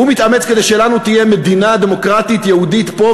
הוא מתאמץ כדי שלנו תהיה מדינה דמוקרטית יהודית פה,